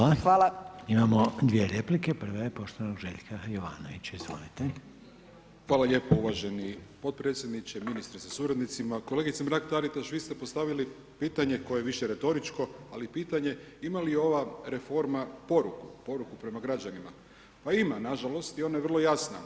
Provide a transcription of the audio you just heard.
Hvala lijepo uvaženi podpredsjedniče, ministre sa suradnicima, kolegice Mrak-Taritaš vi ste postavili pitanje koje je više retoričko, ali pitanje ima li ova reforma poruku, poruku prema građanima, pa ima nažalost i ona je vrlo jasna.